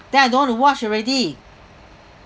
then I don't want to watch already